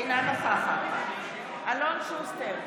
אינה נוכחת אלון שוסטר,